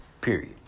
Period